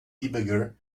debugger